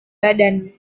badan